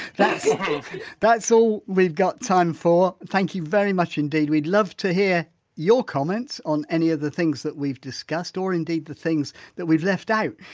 that's that's all so we've got time for. thank you very much indeed. we'd love to hear your comments on any of the things that we've discussed or indeed, the things that we've left out.